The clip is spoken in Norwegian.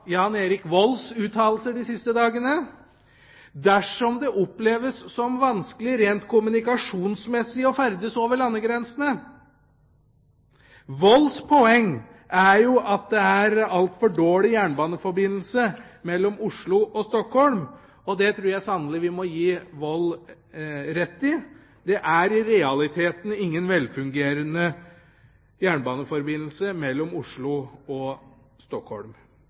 de siste dagene, dersom det oppleves som vanskelig rent kommunikasjonsmessig å ferdes over landegrensene. Volds poeng er at det er altfor dårlig jernbaneforbindelse mellom Oslo og Stockholm, og det tror jeg sannelig vi må gi Vold rett i. Det er i realiteten ingen velfungerende jernbaneforbindelse mellom Oslo og Stockholm.